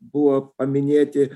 buvo paminėti